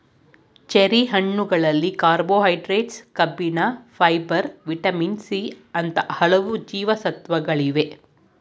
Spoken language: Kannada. ಚೆರಿ ಹಣ್ಣುಗಳಲ್ಲಿ ಕಾರ್ಬೋಹೈಡ್ರೇಟ್ಸ್, ಕಬ್ಬಿಣ, ಫೈಬರ್, ವಿಟಮಿನ್ ಸಿ ಅಂತ ಹಲವು ಜೀವಸತ್ವಗಳಿವೆ